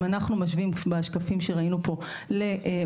אם אנחנו משווים בשקפים שראינו פה למדינות